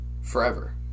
forever